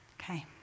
Okay